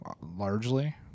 Largely